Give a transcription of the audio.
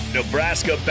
Nebraska